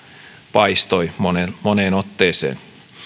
paistoi moneen moneen otteeseen